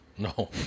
No